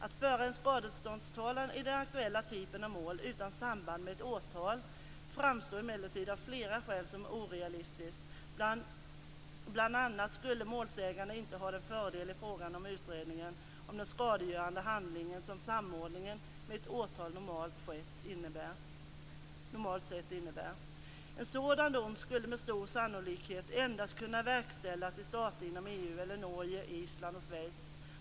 Att föra en skadeståndstalan i den aktuella typen av mål utan samband med ett åtal framstår emellertid av flera skäl som orealistiskt, bl.a. skulle målsäganden inte ha den fördel i fråga om utredningen om den skadegörande handlingen som samordningen med ett åtal normalt sett innebär. En sådan dom skulle med stor sannolikhet endast kunna verkställas i stater inom EU eller i Norge, Island och Schweiz.